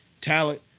talent